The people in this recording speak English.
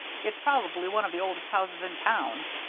it's probably one of the oldest houses in town.